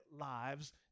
lives